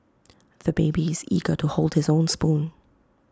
the baby is eager to hold his own spoon